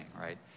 right